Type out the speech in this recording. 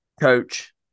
Coach